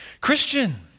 Christian